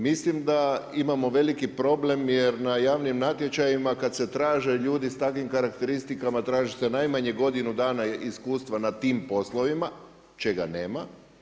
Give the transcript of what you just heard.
Mislim da imamo veliki problem, jer na javnim natječajima, kad se traže ljudi s takvim karakteristikama, tražite najmanje godinu dana iskustva na tim poslovima čega nema.